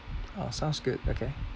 oh sounds good okay